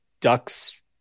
Ducks